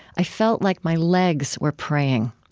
i felt like my legs were praying.